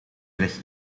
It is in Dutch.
leg